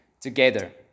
together